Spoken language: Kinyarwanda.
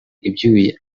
ibyuya